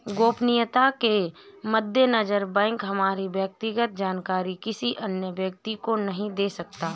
गोपनीयता के मद्देनजर बैंक हमारी व्यक्तिगत जानकारी किसी अन्य व्यक्ति को नहीं दे सकता